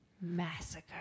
Massacre